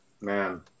Man